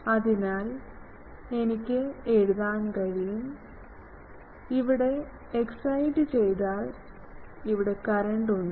അതിനാൽ എനിക്ക് എഴുതാൻ കഴിയും ഇവിടെ എക്സൈറ്റ് ചെയ്താൽ ഇവിടെ കറന്റ് ഉണ്ട്